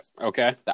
okay